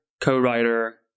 co-writer